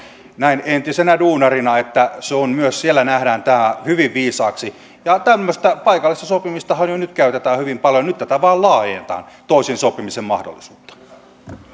näin entisenä duunarina että myös siellä nähdään tämä hyvin viisaaksi ja tämmöistä paikallista sopimistahan jo nyt käytetään hyvin paljon nyt tätä toisin sopimisen mahdollisuutta vaan